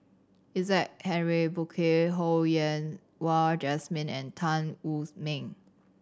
Isaac Henry Burkill Ho Yen Wah Jesmine and Tan Wu Meng